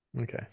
Okay